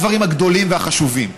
אלה הדברים הגדולים והחשובים,